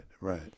right